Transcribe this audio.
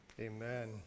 Amen